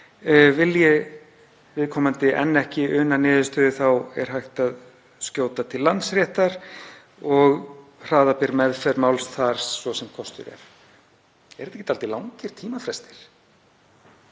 Vilji viðkomandi enn ekki una niðurstöðu er hægt að skjóta málinu til Landsréttar og hraða ber meðferð máls þar svo sem kostur er. Er þetta ekki dálítið langir tímafrestir?